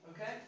okay